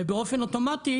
ובאופן אוטומטי,